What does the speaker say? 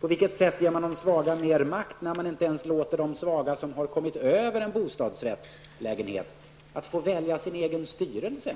På vilket sätt ger man de svaga mer makt när man inte ens låter de svaga som kommit över en bostadsrättslägenhet få välja sin egen styrelse?